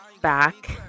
back